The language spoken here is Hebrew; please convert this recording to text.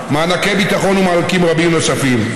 מענקי ביטחון ומענקים רבים נוספים.